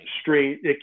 straight